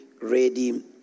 ready